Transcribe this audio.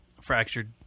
Fractured